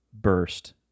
burst